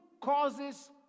causes